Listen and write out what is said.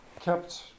kept